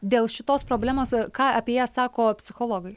dėl šitos problemos ką apie ją sako psichologai